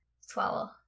Swallow